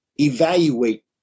evaluate